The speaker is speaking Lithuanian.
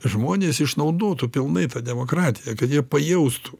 žmonės išnaudotų pilnai tą demokratiją kad jie pajaustų